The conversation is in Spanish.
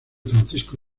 francisco